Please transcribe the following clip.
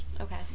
okay